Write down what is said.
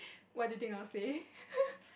what do you think I will say